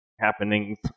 happenings